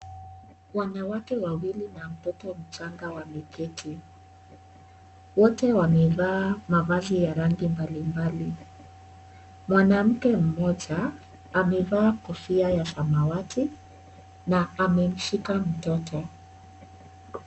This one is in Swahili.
Wanawake wawili na mtoto mmoja wameketi. Wote wamevaa mavazi ya rangi mbali mbali. Mwanamke mmoja amevaa kofia ya samawati na amemshika mtoto.